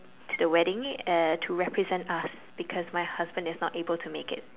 to the wedding uh to represent us because my husband is not able to make it